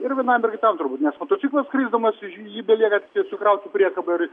ir vienam ir kitam turbūt nes motociklas krisdamas jį belieka sukraut į priekabą ir